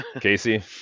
Casey